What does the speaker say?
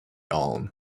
own